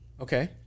okay